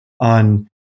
on